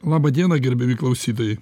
laba diena gerbiami klausytojai